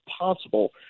possible